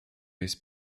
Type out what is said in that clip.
jest